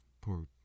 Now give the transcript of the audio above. Poor